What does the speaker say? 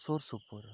ᱥᱩᱨ ᱥᱩᱯᱩᱨ